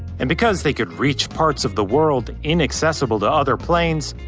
and because they could reach parts of the world inaccessible to other planes,